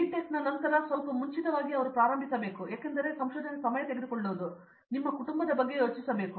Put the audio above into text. ಟೆಕ್ನ ನಂತರ ಸ್ವಲ್ಪ ಮುಂಚಿತವಾಗಿಯೇ ಅವನು ಪ್ರಾರಂಭಿಸಬೇಕು ಏಕೆಂದರೆ ಅದು ಸಮಯ ತೆಗೆದುಕೊಳ್ಳುವುದು ಮತ್ತು ನಿಮ್ಮ ಕುಟುಂಬದ ಬಗ್ಗೆ ಯೋಚಿಸಬೇಕು